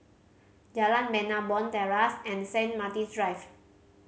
Jalan Bena Bond Terrace and Saint Martin's Drive